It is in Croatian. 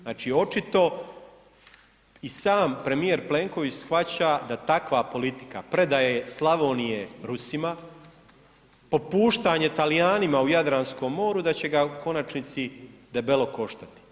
Znači, očito i sam premijer Plenković shvaća da takva politika predaje Slavonije Rusima, popuštanje Talijanima u Jadranskom moru da će ga u konačnici debelo koštati.